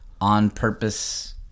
on-purpose